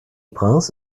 prince